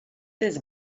this